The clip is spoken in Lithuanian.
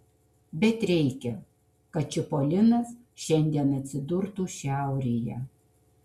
bet reikia kad čipolinas šiandien atsidurtų šiaurėje